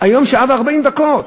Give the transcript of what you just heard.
היום זה שעה ו-40 דקות.